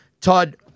Todd